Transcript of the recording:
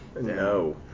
No